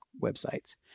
websites